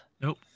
nope